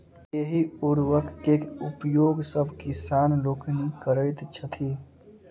एहि उर्वरक के उपयोग सभ किसान लोकनि करैत छथि